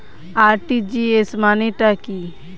RTGS মানে টা কি?